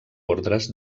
ordres